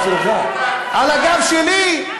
על הגב שלי?